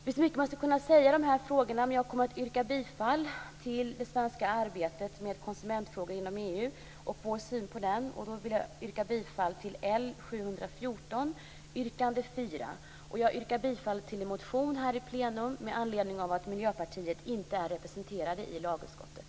Det är mycket som skulle kunna sägas i de här frågorna men jag avslutar med att yrka bifall vad gäller det svenska arbetet med konsumentfrågor inom EU och vår syn där. Det gäller alltså L714, yrkande 4. Anledningen till att jag här i plenum yrkar bifall till en motion är att vi i Miljöpartiet inte är representerade i lagutskottet.